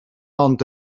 ond